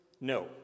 no